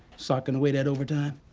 stocking away that overtime?